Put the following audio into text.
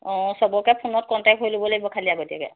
অঁ চবকে ফোনত কণ্টেক্ট কৰি ল'ব লাগিব খালি আগতীয়াকৈ